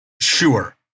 sure